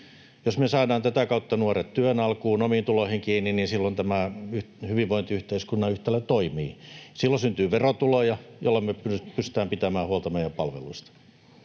Jos me saadaan tätä kautta nuoret työn alkuun ja omiin tuloihin kiinni, niin silloin tämä hyvinvointiyhteiskunnan yhtälö toimii. Silloin syntyy verotuloja, joilla me pystytään pitämään huolta meidän palveluista.